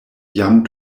jam